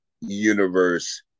universe